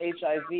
HIV